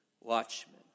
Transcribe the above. watchmen